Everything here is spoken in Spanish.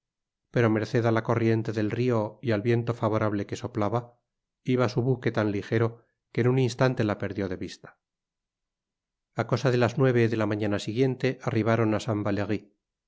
pero merced á la corriente del rio y al viento favorable que soplaba iba su buque tan lijero que en uu instante la perdió de vista a cosa de las nueve de la mañana siguiente arribaron á